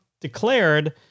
declared